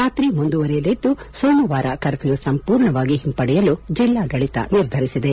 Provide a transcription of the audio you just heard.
ರಾತ್ರಿ ಮುಂದುವರಿಯಲಿದ್ದು ಸೋಮವಾರ ಕರ್ಫ್ಲೂ ಸಂಪೂರ್ಣವಾಗಿ ಹಿಂಪಡೆಯಲು ಜಿಲ್ಲಾಡಳಿತ ನಿರ್ಧರಿಸಿದೆ